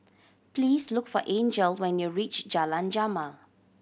please look for Angel when you reach Jalan Jamal